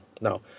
Now